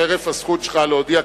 חרף הזכות שלך להודיע,